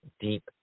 deep